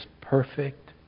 perfect